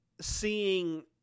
seeing